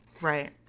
right